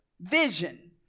Vision